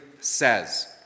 says